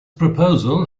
proposal